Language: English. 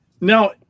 Now